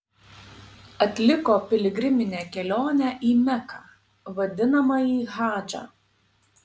atliko piligriminę kelionę į meką vadinamąjį hadžą